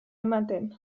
ematen